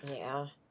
yeah,